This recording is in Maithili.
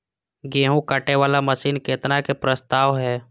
गेहूँ काटे वाला मशीन केतना के प्रस्ताव हय?